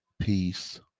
peace